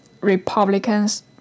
Republicans